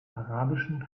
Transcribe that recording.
arabischen